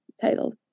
titled